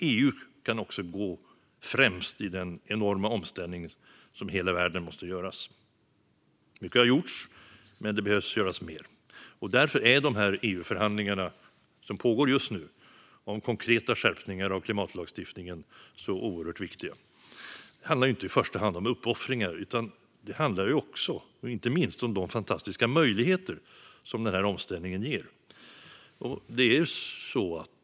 EU kan också gå främst i den enorma omställning som måste göras i hela världen. Mycket har gjorts, men det behöver göras mer. Därför är de EU-förhandlingar som just nu pågår om konkreta skärpningar av klimatlagstiftningen så oerhört viktiga. Det handlar inte i första hand om uppoffringar. Det handlar inte minst också om de fantastiska möjligheter som omställningen ger.